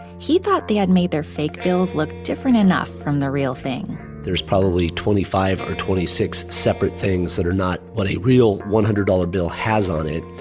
he thought they had made their fake bills look different enough from the real thing there was probably twenty five or twenty six separate things that are not what a real one hundred dollars bill has on it,